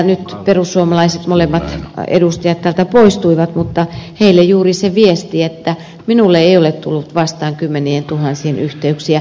nyt perussuomalaiset molemmat edustajat täältä poistuivat mutta minulla on heille juuri se viesti että minulle ei ole tullut vastaan kymmenien tuhansien yhteyksiä